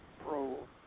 Pro